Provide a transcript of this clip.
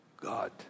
God